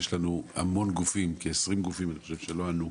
כ-20 גופים לא ענו,